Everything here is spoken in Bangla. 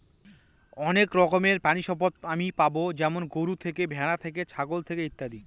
অনেক রকমের প্রানীসম্পদ আমি পাবো যেমন গরু থেকে, ভ্যাড়া থেকে, ছাগল থেকে ইত্যাদি